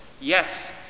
Yes